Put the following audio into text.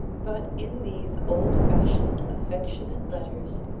but in these old-fashioned, affectionate letters,